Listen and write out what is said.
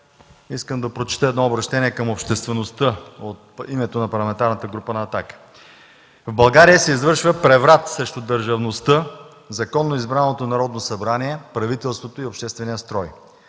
искам да прочета едно обръщение към обществеността от името на Парламентарната група на „Атака“. „В България се извършва преврат срещу държавността, законно избраното Народно събрание, правителството и обществения строй.